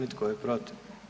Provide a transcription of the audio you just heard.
I tko je protiv?